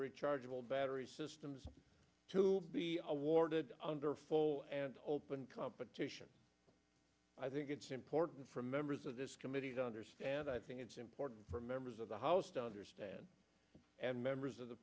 rechargeable battery systems to be awarded under full and open competition i think it's important for members of this committee to understand i think it's important for members of the house to understand and members of the